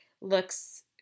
looks